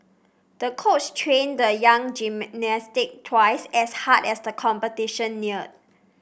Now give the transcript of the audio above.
the coach trained the young gymnast twice as hard as the competition neared